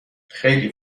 خیلی